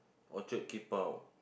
orchard keep out